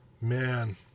Man